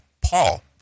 Paul